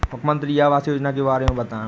मुख्यमंत्री आवास योजना के बारे में बताए?